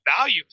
value